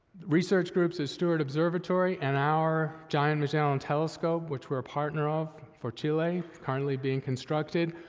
research groups at steward observatory and our giant magellan telescope, which we're a partner of for chile, currently being constructed,